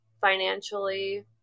financially